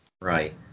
Right